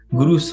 Guru